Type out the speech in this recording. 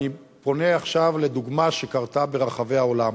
אני פונה עכשיו לדוגמה שקרתה ברחבי העולם,